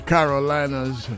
Carolinas